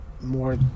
more